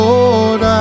Lord